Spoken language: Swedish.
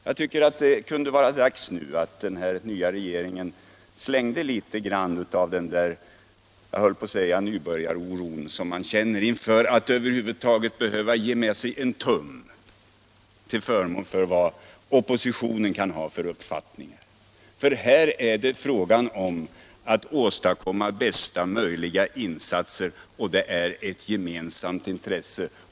Jag tycker det kunde vara dags för den nya regeringen att slänga något av den nybörjaroro — om jag så får säga — som man känner inför att över huvud taget behöva ge med sig en tum till förmån för vad oppositionen kan ha för uppfattning. Här är det fråga om att åstadkomma bästa möjliga insatser, och det är ett gemensamt intresse.